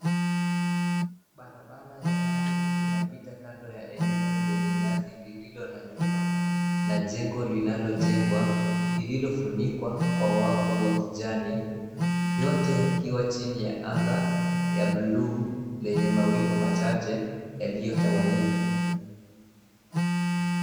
Barabara ya lami inapita kando ya eneo lenye nyasi lililo na nyumba, na jengo linalojengwa, lililofunikwa kwa wavu wa kijani. Yote yakiwa chini ya anga ya bluu, lenye mawingu machache, yaliyotawanyika.